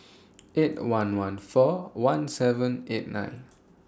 eight one one four one seven eight nine